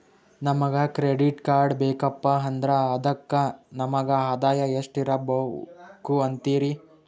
ನಮಗ credit card ಬೇಕಪ್ಪ ಅಂದ್ರ ಅದಕ್ಕ ನಮಗ ಆದಾಯ ಎಷ್ಟಿರಬಕು ಅಂತೀರಿ?